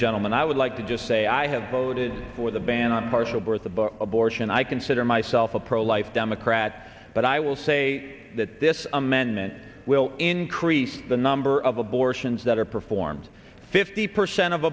gentleman i would like to just say i have voted for the ban on partial birth abortion i consider myself a pro life democrat but i will say that this amendment will increase the number of abortions that are performed fifty percent of